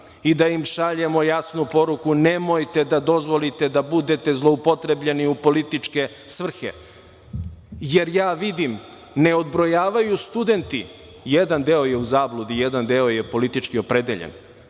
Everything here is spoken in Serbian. i da im šaljemo jasnu poruku – nemojte da dozvolite da budete zloupotrebljeni u političke svrhe. Jer, ja vidim ne odbrojavaju studenti, jedan deo je u zabludi, jedan je deo je politički opredeljen,